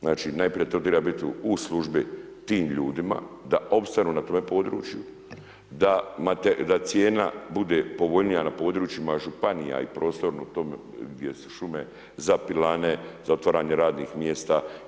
Znači najprije to triba bit u službi tim ljudima da opstanu na tome području, da cijena bude povoljnija na područjima županija i prostoru tome gdje su šume za pilane, za otvaranje radnih mjesta.